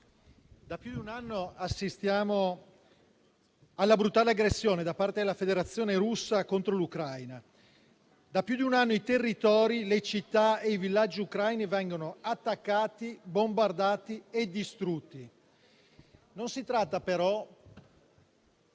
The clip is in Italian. da più di un anno assistiamo alla brutale aggressione da parte della Federazione Russa contro l'Ucraina. Da più di un anno i territori, le città e i villaggi ucraini vengono attaccati, bombardati e distrutti. Non si tratta però